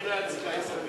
אני לא אצביע ישראל ביתנו.